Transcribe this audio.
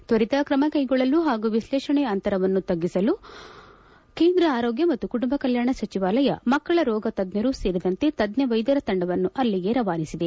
ತ್ವರಿತ ಕ್ರಮ ಕೈಗೊಳ್ಳಲು ಹಾಗೂ ವಿಶ್ಲೇಷಣೆಯ ಅಂತರವನ್ನು ತಗ್ಗಿಸಲು ಕೇಂದ್ರ ಆರೋಗ್ಟ ಮತ್ತು ಕುಟುಂಬ ಕಲ್ಕಾಣ ಸಚಿವಾಲಯ ಮಕ್ಕಳ ರೋಗ ತಜ್ಞರೂ ಸೇರಿದಂತೆ ತಜ್ಞ ವೈದ್ಧರ ತಂಡವನ್ನು ಅಲ್ಲಿಗೆ ರವಾನಿಸದೆ